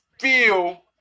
feel